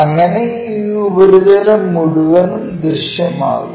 അങ്ങനെ ഈ ഉപരിതലം മുഴുവൻ ദൃശ്യമാകും